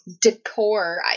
decor